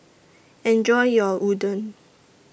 Enjoy your Udon